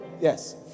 Yes